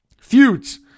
Feuds